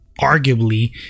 arguably